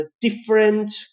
different